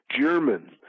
German